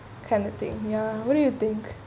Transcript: kind of thing ya what do you think